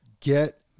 get